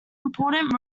important